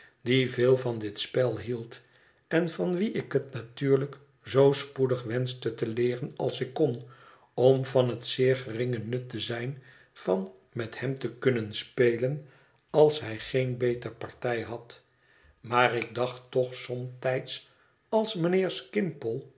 veel van dit spel hield en van wien ik het natuurlijk zoo spoedig wenschte te leeren als ik kon om van het zeer geringe nut te zijn van met hem te kunnen spelen als hij geen beter partij had maar ik dacht toch somtijds als mijnheer